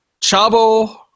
Chavo